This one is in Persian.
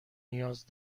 نیاز